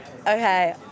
Okay